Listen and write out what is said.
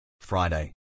Friday